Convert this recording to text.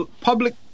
public